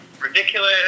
ridiculous